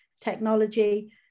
technology